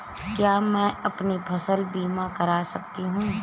क्या मैं अपनी फसल बीमा करा सकती हूँ?